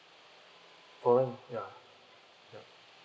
foreign ya yup